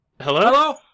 hello